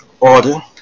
order